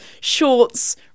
shorts